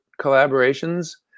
collaborations